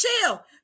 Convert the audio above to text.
chill